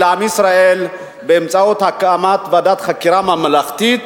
ולעם ישראל באמצעות הקמת ועדת חקירה ממלכתית.